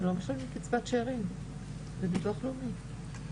זה לא קצבת שארים זה בטוח לאומי.